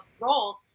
role